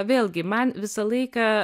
vėlgi man visą laiką